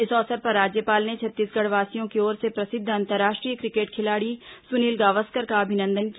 इस अवसर पर राज्यपाल ने छत्तीसगढ़वासियों की ओर से प्रसिद्ध अंतर्राष्ट्रीय क्रिकेट खिलाड़ी सुनील गावस्कर का अभिनंदन किया